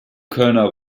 kölner